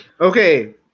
Okay